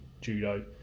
judo